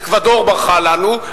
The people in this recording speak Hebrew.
אקוודור ברחה לנו,